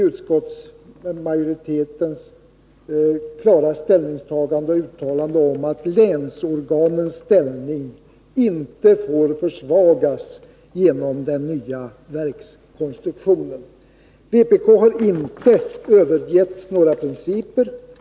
Utskottsmajoriteten gör ett klart uttalande om att länsorganens ställning inte får försvagas genom den nya verkskonstruktionen. Vpk har inte övergivit några principer.